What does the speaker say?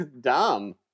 Dumb